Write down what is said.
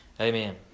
Amen